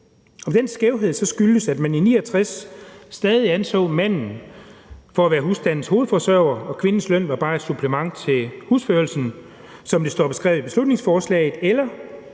Om den skævhed så skyldes, at man i 1969 stadig anså manden for at være husstandens hovedforsørger og kvindens løn bare som et supplement til husførelsen, som det står beskrevet i beslutningsforslaget, eller